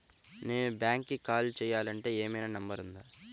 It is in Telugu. నేను బ్యాంక్కి కాల్ చేయాలంటే ఏమయినా నంబర్ ఉందా?